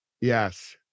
Yes